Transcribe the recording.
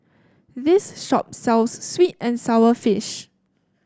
this shop sells sweet and sour fish